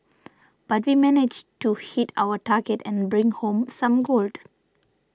but we managed to hit our target and bring home some gold